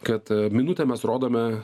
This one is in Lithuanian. kad minutę mes rodome